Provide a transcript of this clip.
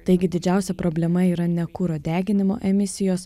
taigi didžiausia problema yra ne kuro deginimo emisijos